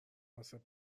واسه